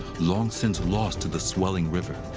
long since lost to the swelling river.